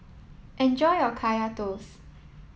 enjoy your Kaya Toast